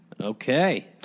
Okay